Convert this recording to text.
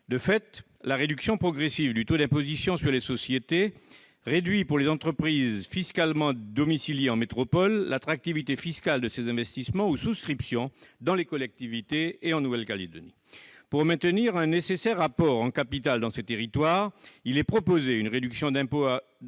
De fait, la baisse progressive du taux d'imposition sur les sociétés réduit, pour les entreprises fiscalement domiciliées en métropole, l'attractivité fiscale de ces investissements ou souscriptions dans ces collectivités et en Nouvelle-Calédonie. Pour maintenir un nécessaire apport en capital dans ces territoires, il est proposé une réduction d'impôt à